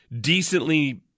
decently